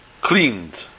cleaned